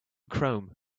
chrome